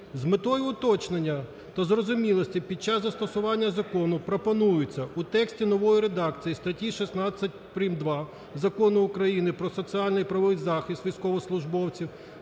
З метою уточнення та зрозумілості під час застосування закону пропонується у тексті нової редакції статті 16 прим.2 Закону України "Про соціальний і правовий захист військовослужбовців